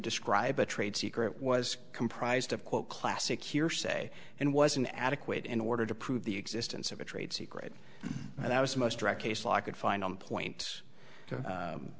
describe a trade secret was comprised of quote classic hearsay and was an adequate in order to prove the existence of a trade secret and that was the most direct case law i could find on point